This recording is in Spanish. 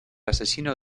asesino